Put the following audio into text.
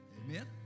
Amen